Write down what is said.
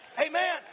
Amen